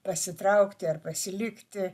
pasitraukti ar pasilikti